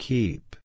Keep